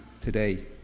today